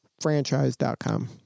Franchise.com